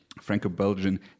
Franco-Belgian